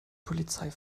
polizei